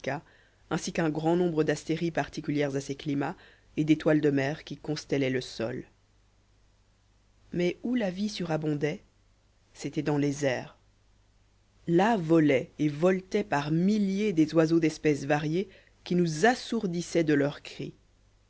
ainsi qu'un grand nombre d'astéries particulières à ces climats et d'étoiles de mer qui constellaient le sol mais où la vie surabondait c'était dans les airs là volaient et voletaient par milliers des oiseaux d'espèces variées qui nous assourdissaient de leurs cris